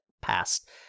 past